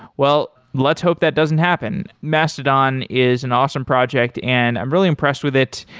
well, let's hope that doesn't happen. mastodon is an awesome project and i'm really impressed with it.